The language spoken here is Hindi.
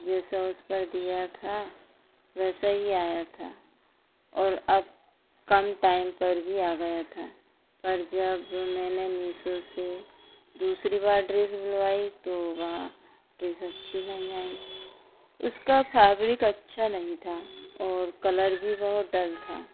जैसा उस पर दिया था वैसा ही आया था और अब कम टाइम पर भी आ गया था पर जब मैंने मीसो से दूसरी बार ड्रेस बुलवाई तो वहाँ ड्रेस अच्छी नहीं आई उसका फैब्रिक अच्छा नहीं था और कलर भी बहुत डल था